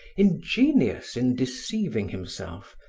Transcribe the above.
ingenious in deceiving himself,